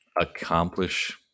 accomplish